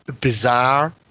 bizarre